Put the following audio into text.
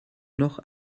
noch